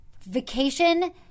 vacation